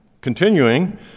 Continuing